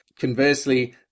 conversely